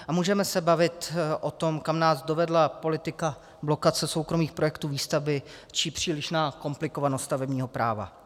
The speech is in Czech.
A můžeme se bavit o tom, kam nás dovedla politika blokace soukromých projektů výstavby či přílišná komplikovanost stavebního práva.